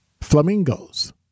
flamingos